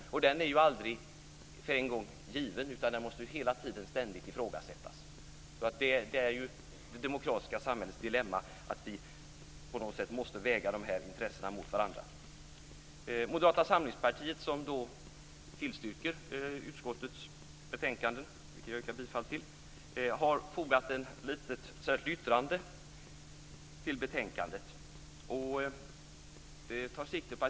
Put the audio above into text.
Den är ju aldrig för en gång given, utan den måste hela tiden, ständigt, ifrågasättas. Det är det demokratiska samhällets dilemma att vi på något sätt måste väga de här intressena mot varandra. Moderata samlingspartiet tillstyrker utskottets hemställan i betänkandet, som jag yrkar bifall till, och har ett särskilt yttrande i betänkandet.